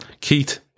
Keith